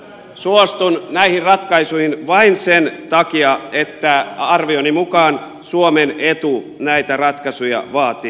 suostun näihin ratkaisuihin vain sen takia että arvioni mukaan suomen etu näitä ratkaisuja vaatii